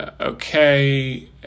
Okay